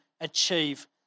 achieve